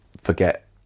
forget